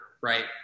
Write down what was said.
right